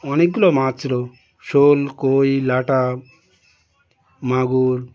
অনেকগুলো মাছ ছিল শোল কই লাটা মাগুর